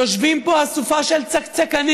יושבים פה אסופה של צקצקנים